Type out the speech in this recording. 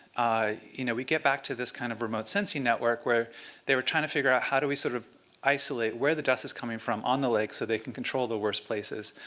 you know we get back to this kind of remote sensing network where they were trying to figure out how do we sort of isolate where the dust is coming from on the lake so they can control the worst places.